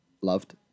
loved